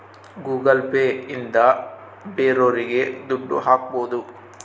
Google Pay ಇಂದ ಬೇರೋರಿಗೆ ದುಡ್ಡು ಹಾಕ್ಬೋದು